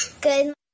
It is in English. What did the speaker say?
Good